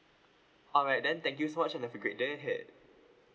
alright then thank you so much have a great day ahead